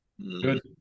Good